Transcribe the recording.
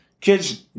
kids